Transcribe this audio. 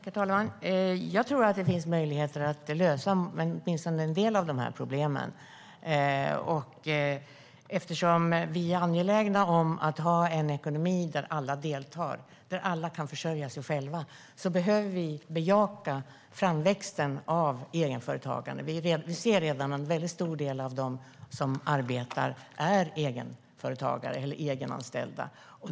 Herr talman! Jag tror att det finns möjlighet att lösa åtminstone en del av de här problemen. Eftersom vi är angelägna om att ha en ekonomi där alla deltar och där alla kan försörja sig själva behöver vi bejaka framväxten av egenföretagande. Vi ser redan att en väldigt stor del av dem som arbetar är egenföretagare eller egenanställda.